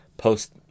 Post